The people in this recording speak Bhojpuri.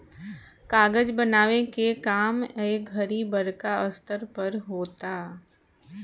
कागज बनावे के काम ए घड़ी बड़का स्तर पर होता